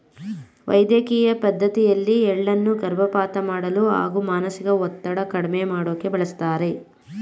ವೈದ್ಯಕಿಯ ಪದ್ಡತಿಯಲ್ಲಿ ಎಳ್ಳನ್ನು ಗರ್ಭಪಾತ ಮಾಡಲು ಹಾಗೂ ಮಾನಸಿಕ ಒತ್ತಡ ಕಡ್ಮೆ ಮಾಡೋಕೆ ಬಳಸ್ತಾರೆ